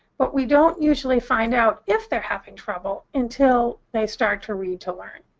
but we don't usually find out if they're having trouble until they start to read to learn.